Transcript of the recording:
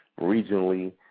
regionally